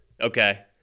okay